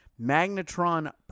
magnetron